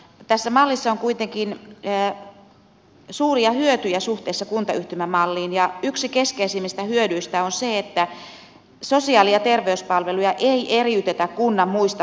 tässä mallissa on kuitenkin suuria hyötyjä suhteessa kuntayhtymä malliin ja yksi keskeisimmistä hyödyistä on se että sosiaali ja terveyspalveluja ei eriytetä kunnan muista palveluista